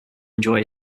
enjoy